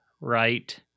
right